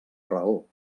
raó